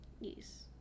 Yes